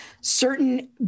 certain